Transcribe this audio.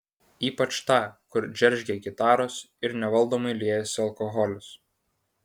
ypač tą kur džeržgia gitaros ir nevaldomai liejasi alkoholis